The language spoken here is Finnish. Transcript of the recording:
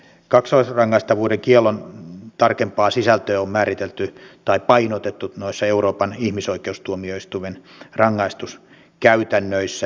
kaksoisrangaistavuuden kiellon tarkempaa sisältöä on määritelty tai painotettu euroopan ihmisoikeustuomioistuimen rangaistuskäytännöissä